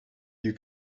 you